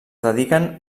dediquen